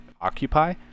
occupy